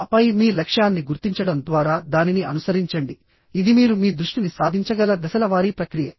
ఆపై మీ లక్ష్యాన్ని గుర్తించడం ద్వారా దానిని అనుసరించండి ఇది మీరు మీ దృష్టిని సాధించగల దశల వారీ ప్రక్రియ